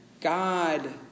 God